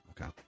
okay